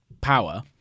power